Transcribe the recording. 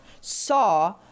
saw